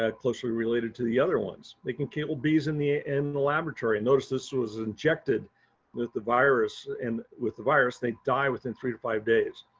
ah closely related to the other ones, it can kill bees in the ah in the laboratory. and notice, this was injected with the virus and with the virus, they die within three to five days.